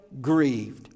grieved